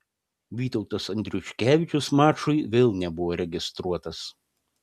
vytautas andriuškevičius mačui vėl nebuvo registruotas